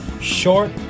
Short